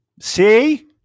See